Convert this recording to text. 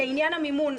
לעניין המימון,